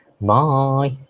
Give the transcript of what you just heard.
Bye